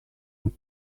what